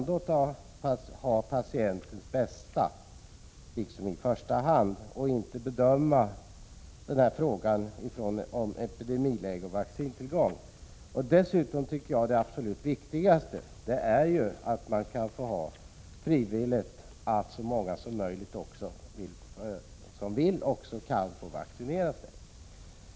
Denna fråga bör alltså inte bedömas med utgångspunkt i epidemiläge och vaccintillgång. Det absolut viktigaste är att så många som vill får vaccinera sig.